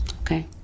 okay